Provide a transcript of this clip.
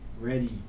ready